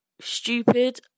stupid